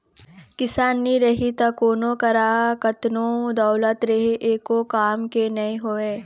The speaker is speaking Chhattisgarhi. किसान नी रही त कोनों करा कतनो दउलत रहें एको काम के नी होय